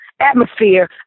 atmosphere